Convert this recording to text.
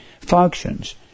functions